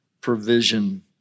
provision